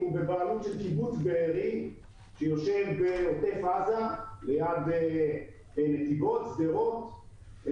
קיבוץ בארי, שיושב בעוטף עזה, ליד נתיבות, שדרות.